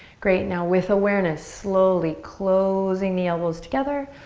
great, now with awareness, slowly closing the elbows together.